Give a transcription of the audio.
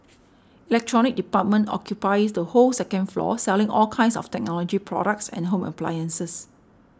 electronics department occupies the whole second floor selling all kinds of technology products and home appliances